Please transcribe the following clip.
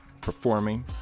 performing